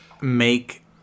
make